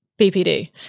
BPD